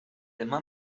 demà